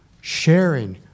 sharing